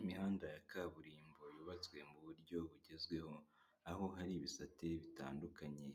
Imihanda ya kaburimbo yubatswe mu buryo bugezweho, aho hari ibisateri bitandukanye